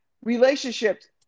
relationships